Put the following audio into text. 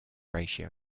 ratio